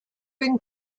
been